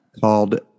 Called